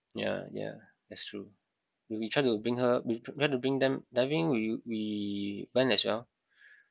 yeah yeah that's true we we try to bring her we try to bring them diving we we went as well